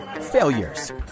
failures